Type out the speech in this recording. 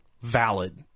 valid